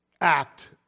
act